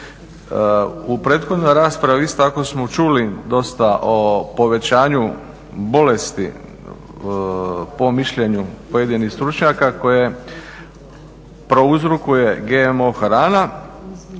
U prethodnoj raspravi isto tako smo čuli dosta o povećanju bolesti po mišljenju pojedinih stručnjaka koje prouzrokuje GMO hrana.